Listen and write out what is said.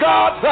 God